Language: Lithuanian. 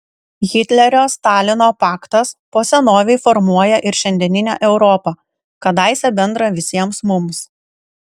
hitlerio stalino paktas po senovei formuoja ir šiandieninę europą kadaise bendrą visiems mums